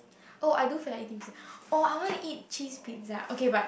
oh I do feel like eating pizza oh I want to eat cheese pizza okay but